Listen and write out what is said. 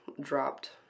dropped